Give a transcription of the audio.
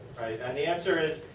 and the answer is,